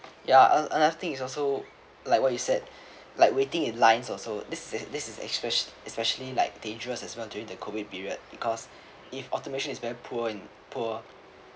ya uh another thing is also like what you said like waiting in lines also this is this is especial~ especially like dangerous as well during the COVID period because if automation is very poor and poor